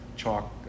chalk